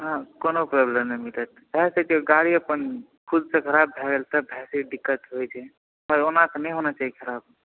हँ कोनो प्रॉब्लम नहि भेटत भए सकैए अगर गाड़ी अपन खुदसँ खराब भए गेल तऽ दिक्कत होइ छै पर ओना तऽ नहि होना चाही खराब